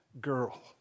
girl